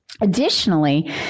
Additionally